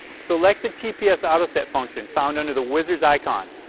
select the tps auto-set function found under the wizard's icon.